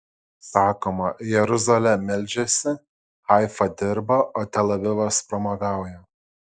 sakoma jeruzalė meldžiasi haifa dirba o tel avivas pramogauja